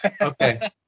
Okay